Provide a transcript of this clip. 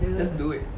just do it